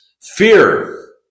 fear